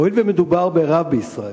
הואיל ומדובר ברב בישראל,